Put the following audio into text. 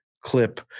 clip